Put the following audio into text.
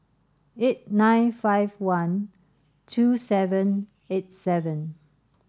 eight nine five one two seven eight seven